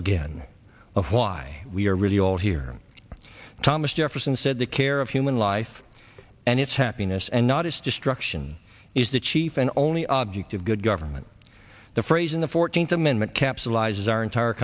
again of why we are really all here thomas jefferson said the care of human life and its happiness and not its destruction is the chief and only object of good government the phrase in the fourteenth amendment capsulizes our entire